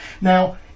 Now